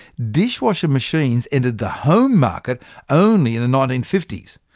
dishwasher machines entered the home market only in the nineteen fifty s.